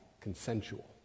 consensual